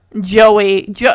Joey